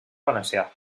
valencià